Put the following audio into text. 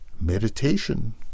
Meditation